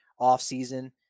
offseason